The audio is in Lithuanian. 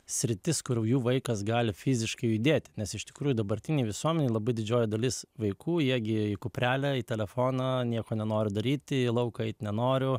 sritis kur jų vaikas gali fiziškai judėti nes iš tikrųjų dabartinėj visuomenėj labai didžioji dalis vaikų jie gi į kuprelę į telefoną nieko nenori daryti į lauką eit nenoriu